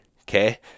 okay